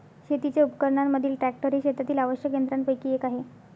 शेतीच्या उपकरणांमधील ट्रॅक्टर हे शेतातील आवश्यक यंत्रांपैकी एक आहे